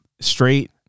straight